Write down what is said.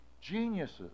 geniuses